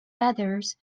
feathers